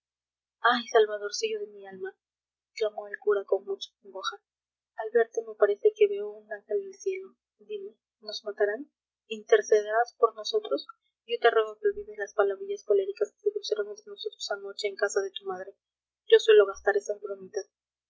ay salvadorcillo de mi alma exclamó el cura con mucha congoja al verte me parece que veo un ángel del cielo dime nos matarán intercederás por nosotros yo te ruego que olvides las palabrillas coléricas que se cruzaron entre nosotros anoche en casa de tu madre yo suelo gastar esas